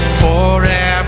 forever